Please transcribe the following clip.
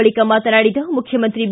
ಬಳಕ ಮಾತನಾಡಿದ ಮುಖ್ಯಮಂತ್ರಿ ಬಿ